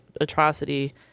atrocity